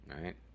right